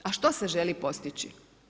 A što se želi postići?